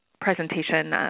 presentation